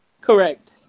Correct